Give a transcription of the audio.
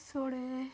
ᱥᱳᱲᱮ